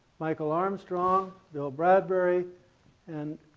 michael armstrong, bill bradbury and